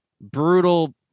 brutal